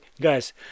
guys